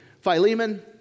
Philemon